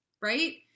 right